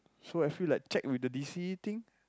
so I feel like check with the d_c thing